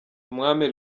umwami